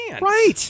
Right